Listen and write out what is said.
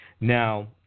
Now